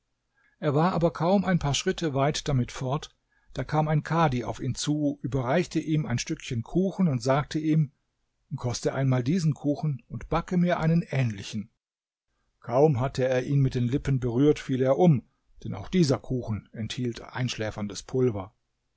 er war aber kaum ein paar schritte weit damit fort da kam ein kadhi auf ihn zu überreichte ihm ein stückchen kuchen und sagte ihm koste einmal diesen kuchen und backe mir einen ähnlichen kaum hatte er ihn mit den lippen berührt fiel er um denn auch dieser kuchen enthielt einschläferndes pulver